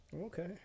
Okay